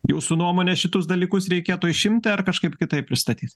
jūsų nuomone šitus dalykus reikėtų išimti ar kažkaip kitaip pristatyt